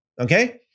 okay